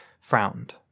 frowned